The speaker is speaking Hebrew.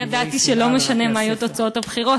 אני ידעתי שלא משנה מה יהיו תוצאות הבחירות,